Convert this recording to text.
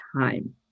time